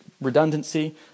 redundancy